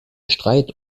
streit